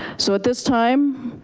so at this time,